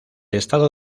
estado